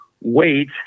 wait